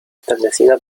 establecida